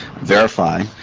verify